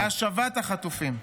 -- להשבת החטופים,